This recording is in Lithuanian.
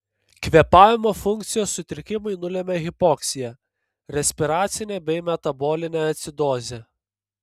kvėpavimo funkcijos sutrikimai nulemia hipoksiją respiracinę bei metabolinę acidozę